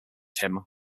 him